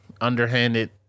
underhanded